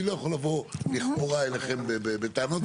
אני לא יכול לבוא לכאורה אליכם בטענות,